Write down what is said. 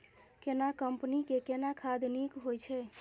केना कंपनी के केना खाद नीक होय छै?